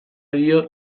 dio